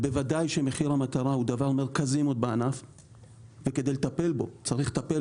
בוודאי שמחיר המטרה הוא דבר מרכזי בענף וכדי לטפל בו צריך לטפל